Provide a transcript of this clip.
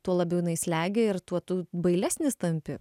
tuo labiau jinai slegia ir tuo tu bailesnis tampi